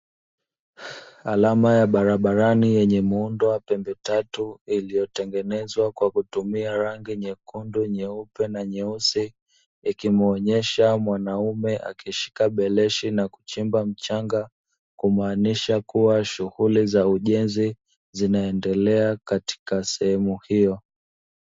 Alama ya barabarani yenye muundo wa pembe tatu iliyotengenezwa kwa kutumia rangi nyekundu, nyeupe na nyeusi, ikimuonyesha mwanaume akishika beleshi na kuchimba mchanga, kumaanisha kuwa shughuli za ujenzi zinaendelea katika sehemu hiyo.